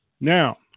Now